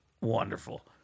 Wonderful